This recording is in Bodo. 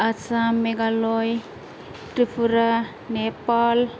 आसाम मेघालय त्रिपुरा नेपाल